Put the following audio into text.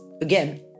Again